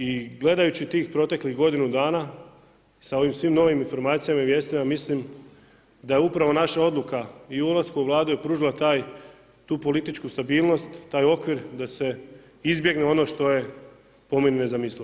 I gledajući tih proteklih godinu dana sa ovim svim novim informacijama i vijestima mislim da je upravo naša odluka i o ulasku u Vladu pružila tu političku stabilnost, taj okvir da se izbjegne ono što je po meni nezamislivo.